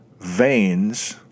Veins